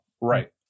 Right